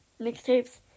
Mixtapes